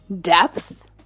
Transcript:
depth